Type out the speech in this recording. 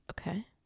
Okay